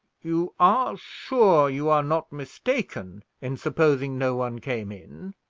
you are sure you are not mistaken in supposing no one came in?